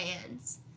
fans